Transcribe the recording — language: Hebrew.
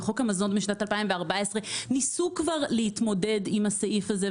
בחוק המזון בשנת 2014 ניסו כבר להתמודד עם הסעיף הזה,